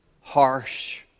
harsh